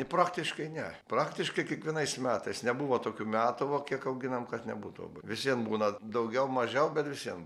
tai praktiškai ne praktiškai kiekvienais metais nebuvo tokių metų va kiek auginam kad nebūtų obuo visien būna daugiau mažiau bet visiem būna